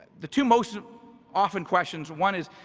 the two most often questions. one is